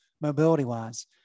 mobility-wise